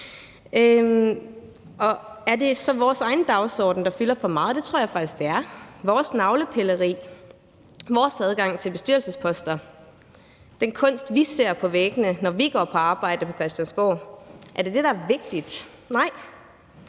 Er det så vores egen dagsorden, der fylder for meget? Det tror jeg faktisk det er. Er det, der er vigtigt, vores navlepilleri, vores adgang til bestyrelsesposter og den kunst, vi ser på væggene, når vi går på arbejde på Christiansborg? Nej. Så jeg er nødt til